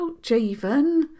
Javen